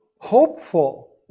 Hopeful